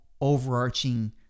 overarching